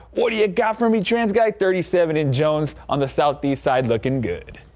what do you got for me. james guy thirty seven in jones on the southeast side looking good.